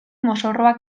mozorroa